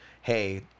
hey